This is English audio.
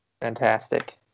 Fantastic